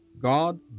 God